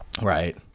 Right